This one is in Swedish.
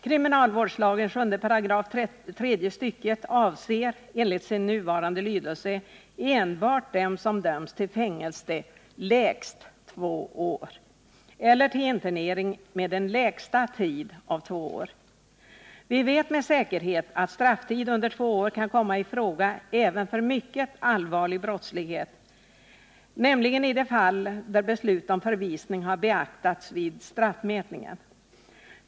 Kriminalvårdslagens 7 § tredje stycket avser, enligt sin nuvarande lydelse, enbart dem som har dömts till fängelse i lägst två år eller internering med en lägsta tid av två år. Vi vet med säkerhet att strafftid under två år kan komma i fråga även för mycket allvarlig brottslighet — nämligen i de fall där beslut om förvisning har beaktats vid straffmätningen.